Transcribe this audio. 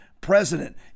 president